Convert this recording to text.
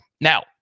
Now